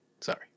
Sorry